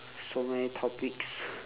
so many topics